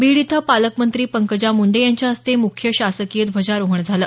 बीड इथं पालकमंत्री पंकजा मुंडे यांच्या हस्ते मुख्य शासकीय ध्वजारोहण झालं